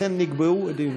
לכן נקבעו דיונים,